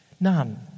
None